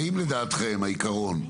האם לדעתכם העיקרון,